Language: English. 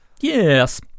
yes